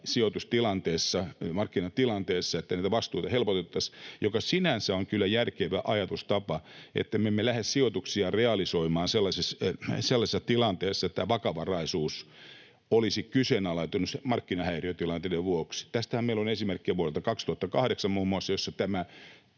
sijoitustilanteessa tai markkinatilanteessa niitä vastuita helpotettaisiin — mikä sinänsä on kyllä järkevä ajatustapa, ettemme me lähde sijoituksia realisoimaan sellaisessa tilanteessa, että tämä vakavaraisuus olisi kyseenalaistunut markkinahäiriötilanteiden vuoksi. Tästähän meillä on esimerkkejä muun muassa vuodelta